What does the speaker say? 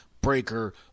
Breaker